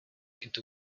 into